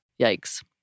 Yikes